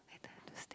I don't want to stay